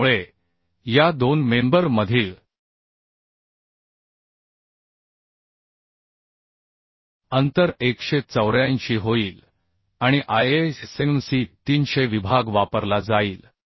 त्यामुळे या दोन मेंबर मधील अंतर 184 होईल आणि ISMC 300 विभाग वापरला जाईल